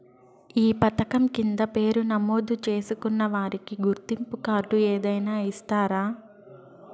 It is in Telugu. ఈ పథకం కింద పేరు నమోదు చేసుకున్న వారికి గుర్తింపు కార్డు ఏదైనా ఇస్తారా?